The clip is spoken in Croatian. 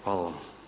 Hvala vam.